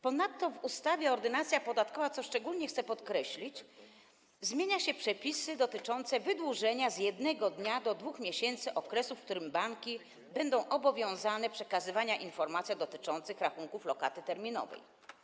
Ponadto w ustawie Ordynacja podatkowa, co szczególnie chcę podkreślić, zmieniane są przepisy dotyczące wydłużenia z 1 dnia do 2 miesięcy okresu, w którym banki będą zobowiązane do przekazania informacji dotyczących rachunków lokaty terminowej.